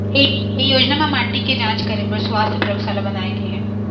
ए योजना म माटी के जांच करे बर सुवास्थ परयोगसाला बनाए गे हे